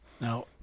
Now